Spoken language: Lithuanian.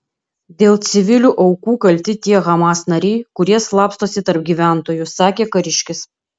dėl civilių aukų kalti tie hamas nariai kurie slapstosi tarp gyventojų sakė kariškis